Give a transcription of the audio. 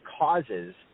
causes